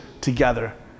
together